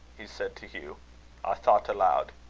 he said to hugh i thought aloud.